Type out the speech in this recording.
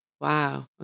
wow